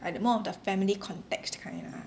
like more of their family context kind lah